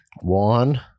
one